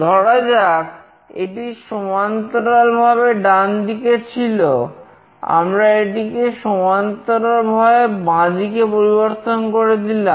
ধরা যাক এটি সমান্তরালভাবে ডান দিকে ছিল আমরা এটিকে সমান্তরালভাবে বাঁদিকে পরিবর্তন করে দিলাম